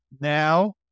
Now